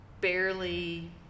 barely